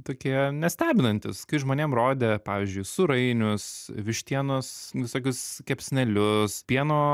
tokie nestebinantys kai žmonėm rodė pavyzdžiui sūrainius vištienos visokius kepsnelius pieno